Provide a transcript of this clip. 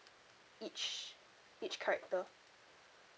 each each character